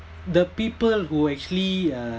the people who actually uh